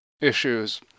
issues